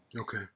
Okay